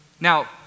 Now